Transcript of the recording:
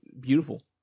beautiful